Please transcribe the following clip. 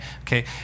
Okay